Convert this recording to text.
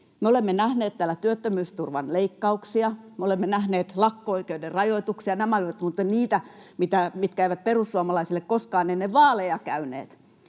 olemme nähneet täällä työttömyysturvan leikkauksia, me olemme nähneet lakko-oikeuden rajoituksia. Nämä olivat muuten niitä, mitkä eivät perussuomalaisille koskaan ennen vaaleja käyneet.